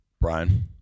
Brian